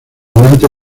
gobernante